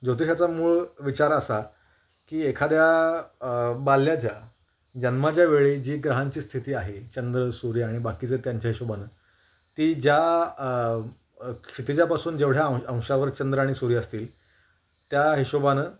ज्योतिषाचा मूळ विचार असा की एखाद्या बाल्याच्या जन्माच्या वेळी जी ग्रहांची स्थिती आहे चंद्र सूर्य आणि बाकीचं त्यांच्या हिशोबानं ती ज्या क्षितिजापासून जेवढ्या अंश अंशावर चंद्र आणि सूर्य असतील त्या हिशोबानं